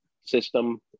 system